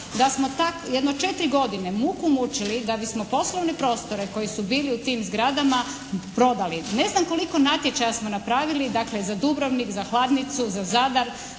da smo jedno četiri godine muku mučili da bismo poslovne prostore koji su bili u tim zgradama prodali. Ne znam koliko natječaja smo napravili, dakle za Dubrovnik, za Hladnicu, za Zadar,